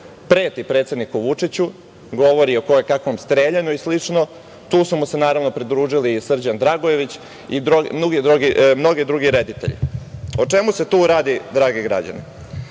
preti predsedniku Vučiću, govori o koje kakvom streljanju, i slično i tu su mu se naravno pridružili Srđan Dragojević, i mnogi drugi reditelji.O čemu se tu radi, dragi građani?